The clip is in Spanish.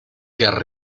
que